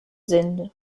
sind